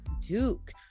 Duke